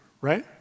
right